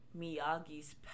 Miyagi's